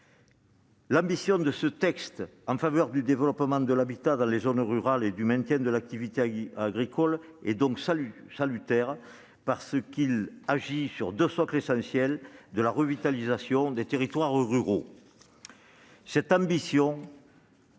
proposition de loi en faveur du développement de l'habitat dans les zones rurales et du maintien de l'activité agricole est donc salutaire et porte sur deux socles essentiels de la revitalisation des territoires ruraux. Cette ambition a